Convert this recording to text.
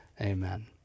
amen